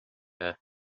hookah